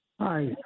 Hi